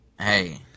Hey